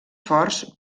forts